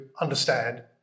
understand